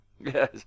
Yes